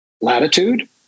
latitude